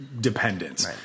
dependence